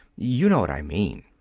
you know what i mean.